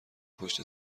پشت